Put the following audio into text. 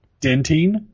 dentine